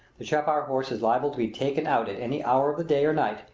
the chapar horse is liable to be taken out at any hour of the day or night,